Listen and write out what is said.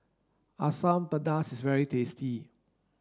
asam pedas is very tasty